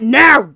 now